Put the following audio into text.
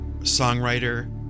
songwriter